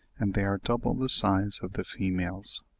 and they are double the size of the females.